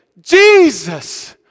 Jesus